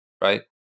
right